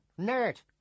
nerd